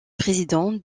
président